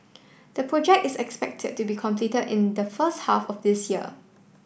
the project is expected to be completed in the first half of this year